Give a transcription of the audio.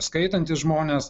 skaitantys žmonės